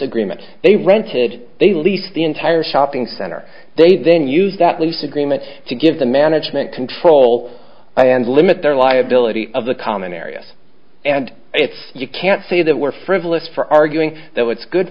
agreement they rented they lease the entire shopping center they then use that lease agreement to give the management control and limit their liability of the common areas and if you can't say that we're frivolous for arguing that what's good